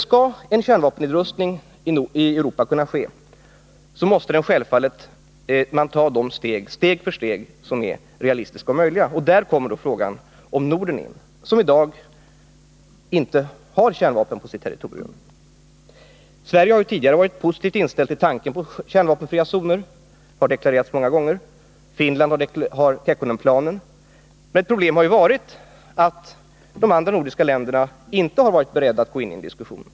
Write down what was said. Skall en kärnvapennedrustning i Europa kunna ske måste man självfallet gå fram steg för steg och på ett sätt som är realistiskt möjligt. Där kommer då frågan om Norden in — ett område där det i dag inte finns några kärnvapen. Sverige har tidigare varit positivt inställt till tanken på kärnvapenfria zoner och har deklarerat det många gånger. Finland har Kekkonenplanen. Men ett problem har varit att de andra nordiska länderna inte varit beredda att gå in i diskussionen.